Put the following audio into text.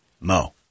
Mo